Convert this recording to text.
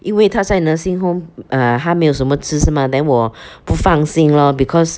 因为他在 nursing home err 他没有什么吃是 mah then 我不放心 lor because